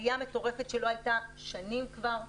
עלייה מטורפת שלא הייתה שנים כבר,